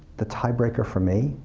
the tie breaker, for me,